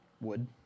Wood